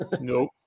Nope